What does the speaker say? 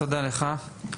תודה לך.